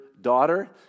daughter